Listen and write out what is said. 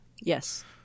Yes